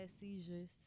seizures